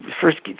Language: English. first